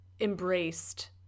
embraced